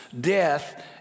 Death